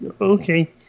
Okay